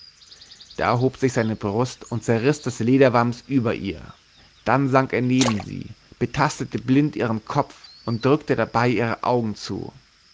da hob sich seine brust und zerriß das lederwams über ihr dann sank er neben sie betastete blind ihren kopf und drückte dabei ihre augen zu